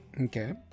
Okay